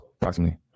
approximately